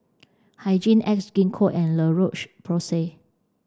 Hygin X Gingko and La Roche Porsay